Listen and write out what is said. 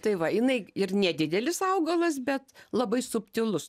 tai va jinai ir nedidelis augalas bet labai subtilus